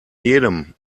jedem